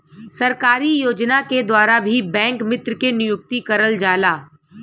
सरकारी योजना के द्वारा भी बैंक मित्र के नियुक्ति करल जाला